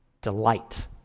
delight